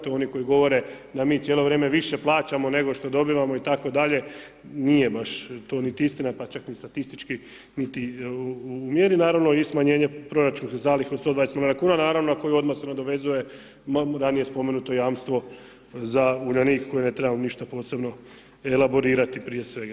To je oni koji govore da mi cijelo vrijeme više plaćamo, nego što dobivamo, itd. nije baš to niti istina, pa čak ni statistički, ni u mjeri, naravno i smanjenje proračunskih zaliha od 120 milijuna, naravno a koji odmah se nadovezuje ranije spomenuto jamstvo za Uljanik koje ne trebamo ništa posebno elaborirati prije svega.